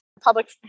Public